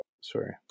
Sorry